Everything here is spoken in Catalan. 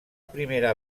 primera